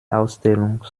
ausstellung